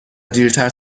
دیرتر